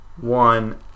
one